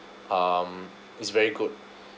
um is very good